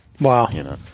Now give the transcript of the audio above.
Wow